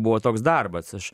buvo toks darbas aš